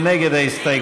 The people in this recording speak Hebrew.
מי נגד ההסתייגות?